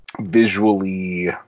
visually